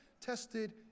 tested